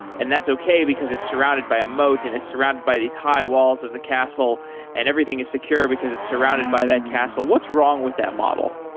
and that's okay, because it's surrounded by a moat and it's surrounded by these high walls of the castle and everything is secure because it's surrounded by that castle. what's wrong with that model?